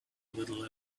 little